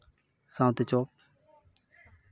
ᱥᱟᱶᱛᱮ ᱪᱚᱯ